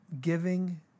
giving